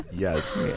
Yes